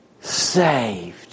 saved